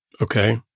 Okay